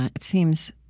it seems,